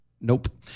Nope